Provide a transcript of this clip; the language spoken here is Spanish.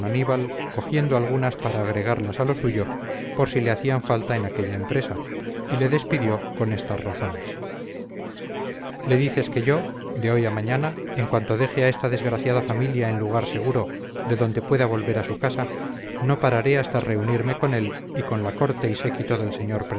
aníbal cogiendo algunas para agregarlas a lo suyo por si le hacían falta en aquella empresa y le despidió con estas razones le dices que yo de hoy a mañana en cuanto deje a esta desgraciada familia en lugar seguro de donde pueda volver a su casa no pararé hasta reunirme con él y con la corte y séquito del señor